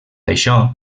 això